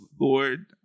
Lord